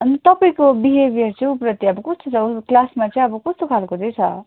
अनि तपाईँको बिहेब्यर चाहिँ ऊ प्रति अब कस्तो छ ऊ क्लासमा चाहिँ अब कस्तो खाले चाहिँ छ